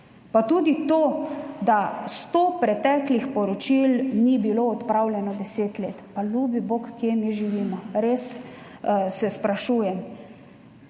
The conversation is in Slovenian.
Pa tudi to, da sto preteklih poročil ni bilo odpravljenih 10 let. Pa ljubi bog, kje mi živimo? Res se sprašujem.